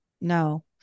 no